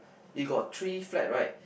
you got three flags right